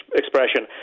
expression